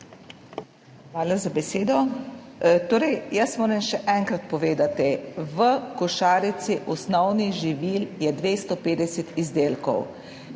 Hvala za besedo. Še enkrat moram povedati, v košarici osnovnih živil je 250 izdelkov.